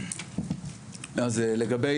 אז לגבי